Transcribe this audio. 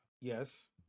Yes